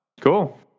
cool